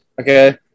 okay